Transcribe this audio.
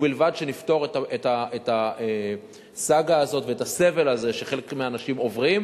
ובלבד שנפתור את הסאגה הזאת ואת הסבל הזה שחלק מהאנשים עוברים.